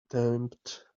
tempt